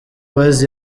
boyz